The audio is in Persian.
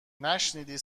نشنیدی